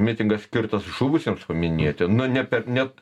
mitingas skirtas žuvusiems paminėti nu ne per ne